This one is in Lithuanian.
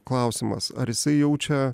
klausimas ar jisai jaučia